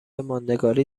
ماندگاری